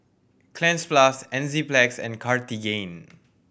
Cleanz Plus Enzyplex and Cartigain